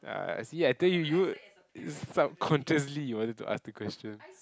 I see I told you you you subconsciously you want to ask the question